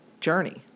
journey